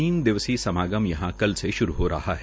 तीन दिवसीय समागम यहां कल से श्रू हो रहा है